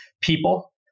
people